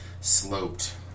sloped